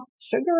sugar